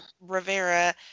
Rivera